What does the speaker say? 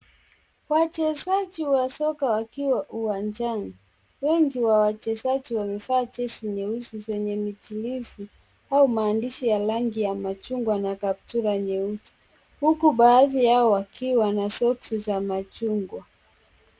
Wachezaji wa soka wakiwa uwanjani. Wengi wa wachezaji wamevaa jezi nyeusi zenye michirizi au maandishi ya rangi ya machungwa na kaptura nyeusi huku baadhi yao wakiwa na soksi za machungwa.